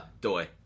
doi